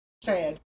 sad